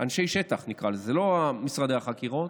אנשי שטח, נקרא לזה, זה לא משרדי החקירות,